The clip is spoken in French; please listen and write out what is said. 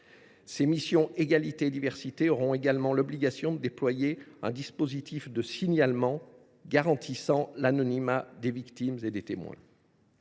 Les missions « égalité et diversité » auront également l’obligation de déployer un dispositif de signalement garantissant l’anonymat des victimes et des témoins.